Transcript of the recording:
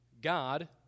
God